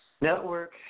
Network